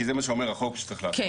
כי זה מה שהחוק אומר שצריך לעשות,